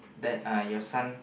that uh your son